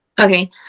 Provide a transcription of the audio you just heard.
Okay